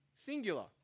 Singular